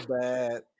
bad